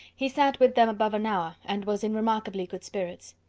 he sat with them above an hour, and was in remarkably good spirits.